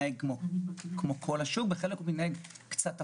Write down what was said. כמו כל השוק ובחלק הוא מתנהג קצת הפוך.